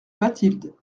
bathilde